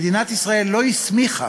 מדינת ישראל לא הסמיכה